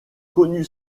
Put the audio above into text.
connu